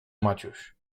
maciuś